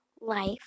Life